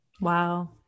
Wow